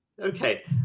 Okay